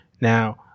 Now